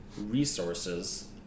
resources